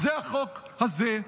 זה החוק הזה.